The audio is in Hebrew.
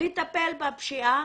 לטפל בפשיעה?